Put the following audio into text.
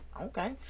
okay